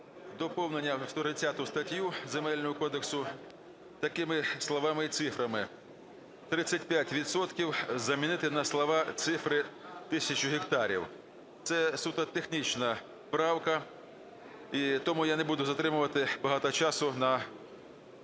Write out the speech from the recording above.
доповнення в 130 статтю Земельного кодексу такими словами і цифрами: "35 відсотків" замінити на слова і цифри "тисячу гектарів". Це суто технічна правка, і тому я не буду затримувати багато часу на